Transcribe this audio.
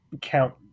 Count